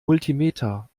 multimeter